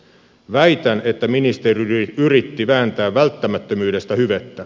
väitän että ministeri yritti vääntää välttämättömyydestä hyvettä